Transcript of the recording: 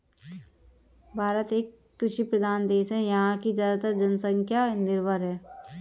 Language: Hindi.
भारत एक कृषि प्रधान देश है यहाँ की ज़्यादातर जनसंख्या निर्भर है